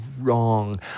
wrong